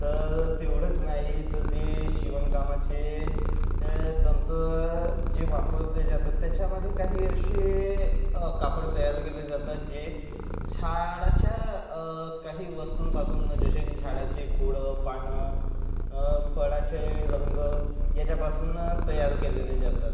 तर तेवढंच नाही तर ते शिवणकामाचे तंत्र जे वापरले जातात त्याच्यामध्ये काही असे कापड तयार केले जातात जे झाडाच्या काही वस्तूंपासून जसे की झाडाचे खोडं पानं फळाचे रंग ह्याच्यापासून तयार केले जातात